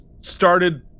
started